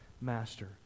master